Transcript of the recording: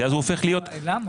למה?